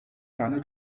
keine